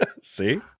See